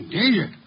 danger